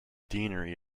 deanery